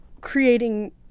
creating